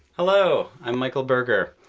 hello. i'm michael berger.